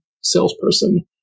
salesperson